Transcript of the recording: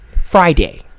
Friday